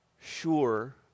sure